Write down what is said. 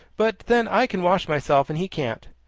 but then i can wash myself, and he can't.